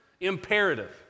imperative